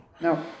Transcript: no